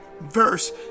verse